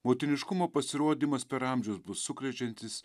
motiniškumo pasirodymas per amžius bus sukrečiantis